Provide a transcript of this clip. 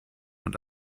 und